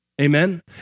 Amen